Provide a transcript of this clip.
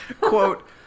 Quote